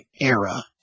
era